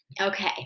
okay